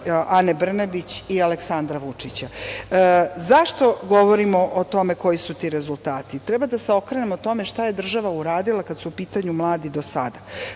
Ane Brnabić i Aleksandra Vučića.Zašto govorimo o tome koji su to rezultati? Treba da se okrenemo tome šta je država uradila kad su u pitanju mladi do sada.